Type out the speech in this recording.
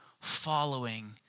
following